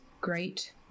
great